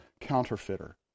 counterfeiter